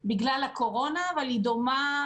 בוקר טוב, אני פותח את הישיבה.